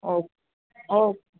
okay okay